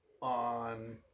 on